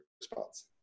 response